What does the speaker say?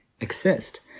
exist